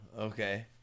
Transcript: Okay